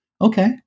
Okay